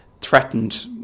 threatened